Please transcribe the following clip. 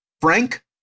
Frank